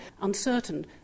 uncertain